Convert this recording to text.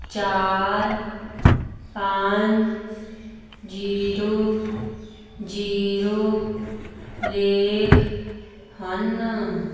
ਚਾਰ ਪੰਜ zero zero ਲੇਖ ਹਨ